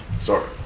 Sorry